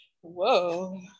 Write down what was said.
Whoa